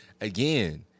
again